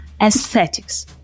Aesthetics